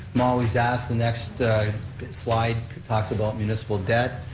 i'm always asked, the next slide talks about municipal debt.